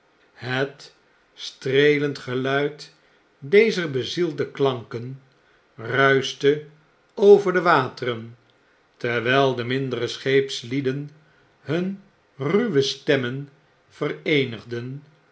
het streelend geluid dezer bezielde klanken ruischte over de wateren terwgl de mindere scheepslieden hun ruwe stemmen vereenigden